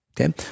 Okay